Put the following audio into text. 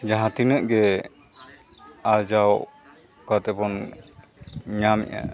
ᱡᱟᱦᱟᱸ ᱛᱤᱱᱟᱹᱜ ᱜᱮ ᱟᱨᱡᱟᱣ ᱠᱟᱛᱮᱫ ᱵᱚᱱ ᱧᱟᱢᱮᱫᱼᱟ